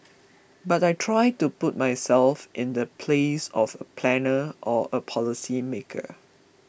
but I try to put myself in the place of a planner or a policy maker